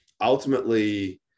ultimately